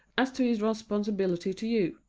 as to his responsibility to you,